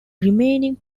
remaining